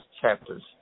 chapters